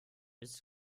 ist